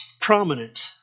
prominent